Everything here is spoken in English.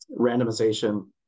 randomization